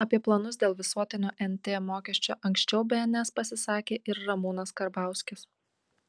apie planus dėl visuotinio nt mokesčio anksčiau bns pasisakė ir ramūnas karbauskis